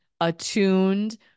attuned